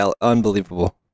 Unbelievable